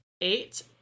Eight